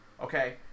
okay